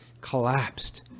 collapsed